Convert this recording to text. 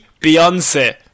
Beyonce